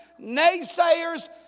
naysayers